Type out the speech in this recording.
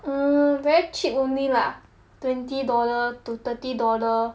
mm very cheap only lah twenty dollar to thirty dollar